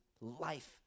Life